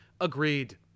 agreed